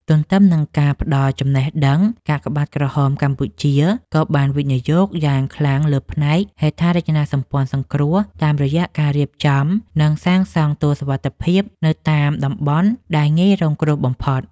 ទន្ទឹមនឹងការផ្តល់ចំណេះដឹង កាកបាទក្រហមកម្ពុជាក៏បានវិនិយោគយ៉ាងខ្លាំងលើផ្នែកហេដ្ឋារចនាសម្ព័ន្ធសង្គ្រោះ តាមរយៈការរៀបចំ និងសាងសង់ទួលសុវត្ថិភាពនៅតាមតំបន់ដែលងាយរងគ្រោះបំផុត។